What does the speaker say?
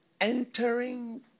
entering